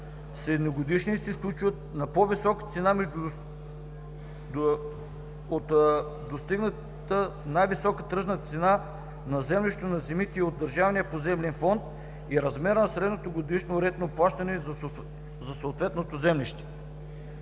едногодишни и се сключват на по-висока цена от достигнатата най-висока тръжна цена на землището на земите от държавния поземлен фонд и размера на средното годишно рентно плащане за съответното землище.